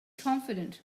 confident